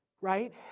right